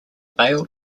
bale